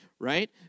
Right